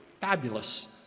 fabulous